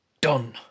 done